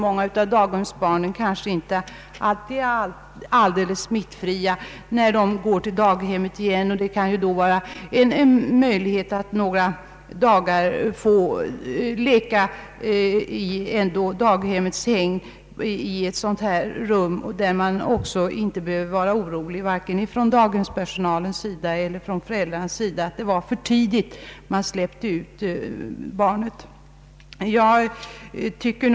Många av daghemsbarnen är kanske inte alldeles smittfria när de kommer tillbaka till daghemmet igen, och det kan ju då vara en möjlighet att några dagar få leka i daghemmets hägn i ett sådant rum. Då behöver varken daghemspersonalen eller föräldrarna vara oroliga för att man släppt ut barnen för tidigt.